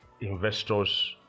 investors